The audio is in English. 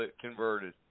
converted